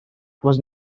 was